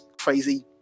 crazy